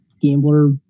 gambler